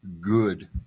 good